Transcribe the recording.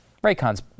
Raycon's